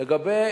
לגבי